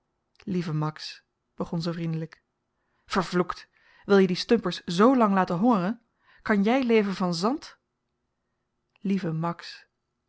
lieve max begon ze vriendelyk vervloekt wil je die stumperts z lang laten hongeren kan jy leven van zand lieve max